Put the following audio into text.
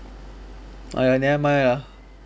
!aiya! never mind ah